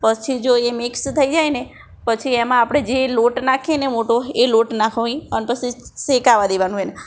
પછી જો એ મિક્સ થઈ જાય ને પછી એમાં આપણે જે લોટ નાખીએ ને મોટો એ લોટ નાખી અને પછી શેકાવા દેવાનું એને